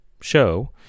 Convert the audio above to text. show